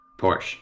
Porsche